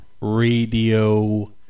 Radio